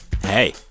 Hey